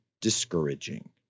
discouraging